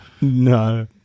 No